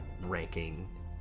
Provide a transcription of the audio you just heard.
ranking